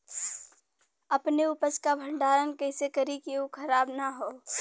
अपने उपज क भंडारन कइसे करीं कि उ खराब न हो?